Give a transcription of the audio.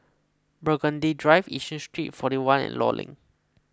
Burgundy Drive Yishun Street forty one and Law Link